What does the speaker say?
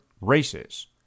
races